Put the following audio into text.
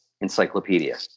encyclopedia